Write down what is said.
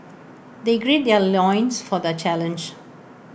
they gird their loins for the challenge